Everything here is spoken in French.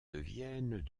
deviennent